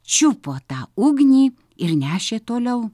čiupo tą ugnį ir nešė toliau